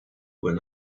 were